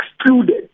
excluded